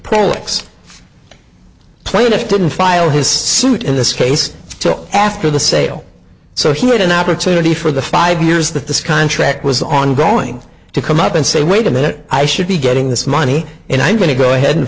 prolix plaintiff didn't file his suit in this case so after the sale so he made an opportunity for the five years that this contract was ongoing to come up and say wait a minute i should be getting this money and i'm going to go ahead and